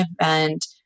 event